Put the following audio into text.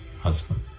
husband